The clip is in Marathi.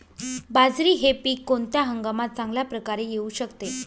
बाजरी हे पीक कोणत्या हंगामात चांगल्या प्रकारे येऊ शकते?